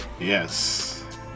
Yes